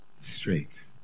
straight